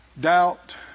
doubt